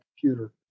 computer